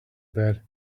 bed